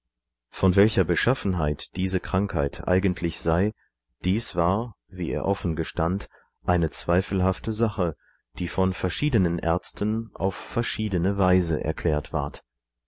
von welcher beschaffenheit diese krankheit eigentlich sei dies war wie er offen gestand eine zweifelhafte sache die von verschiedenen ärzten auf verschiedene weise erklärt ward